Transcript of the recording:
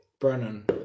Brennan